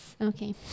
Okay